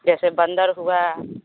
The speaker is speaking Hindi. जैसे बंदर हुआ